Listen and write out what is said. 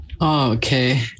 Okay